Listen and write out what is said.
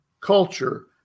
culture